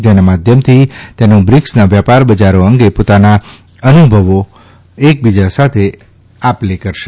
જેના માધ્યમથી તેનો બ્રિક્સના વ્યાપક બજારો અંગે પોતાના અનુભવોને એકબીજા સાથે આપ લે કરશે